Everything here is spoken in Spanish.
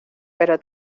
pero